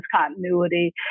continuity